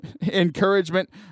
encouragement